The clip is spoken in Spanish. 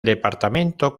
departamento